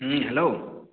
হ্যাঁ হ্যালো